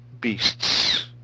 beasts